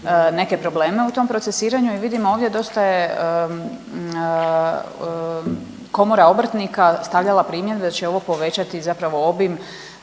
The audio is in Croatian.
neke probleme u tom procesiranju jel vidimo ovdje dosta je komora obrtnika stavljala primjedbe da će ovo povećati zapravo obim